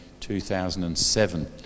2007